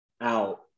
out